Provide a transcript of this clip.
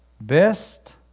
best